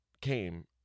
came